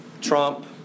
Trump